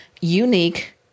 unique